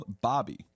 Bobby